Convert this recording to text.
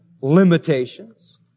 limitations